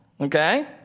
okay